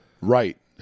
right